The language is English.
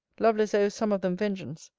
lovelace owes some of them vengeance.